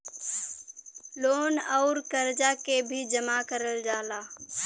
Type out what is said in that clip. loan अउर करजा के भी जमा करल जाला